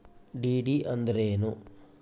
DD ಅಂದ್ರೇನು?